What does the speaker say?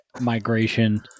migration